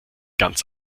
ganz